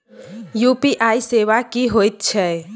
UPI सेवा की होयत छै?